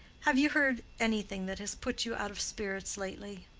have you heard anything that has put you out of spirits lately?